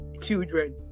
children